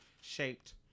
shaped